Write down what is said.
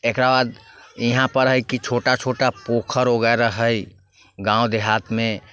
एकरा बाद यहाँपर हइ कि छोटा छोटा पोखरि वगैरह हइ गाँव देहातमे